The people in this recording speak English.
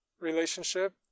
relationship